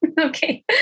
Okay